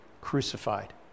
crucified